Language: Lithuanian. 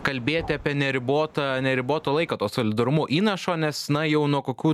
kalbėti apie neribotą neribotą laiką to solidarumo įnašo nes na jau nuo kokių